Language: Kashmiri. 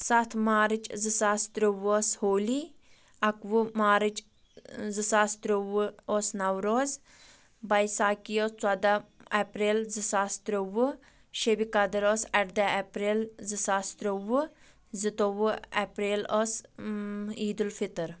سَتھ مارٕچ زٕ ساس ترٛوٚوُہ ٲس ہولی اکوُہ مارٕچ زٕ ساس ترٛوٚوُہ ٲس نوروز بایساکی ٲس ژۄدہ اپریل زٕ ساس ترٛوٚوُہ شیٚبہِ قدٕر ٲس اَردہ اپریل زٕ ساس ترٛوٚوُہ زٕتووُہ اپریل ٲس عیدُلفِطٕر